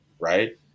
right